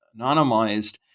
anonymized